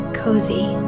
cozy